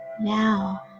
Now